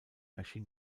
erschien